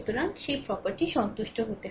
সুতরাং সেই প্রপার্টি সন্তুষ্ট হতে হবে